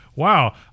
wow